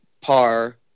par